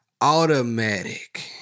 automatic